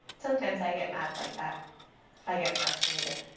sometimes i get mad like that if i get frustrated.